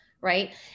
Right